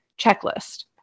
checklist